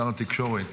שר התקשורת,